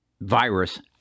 virus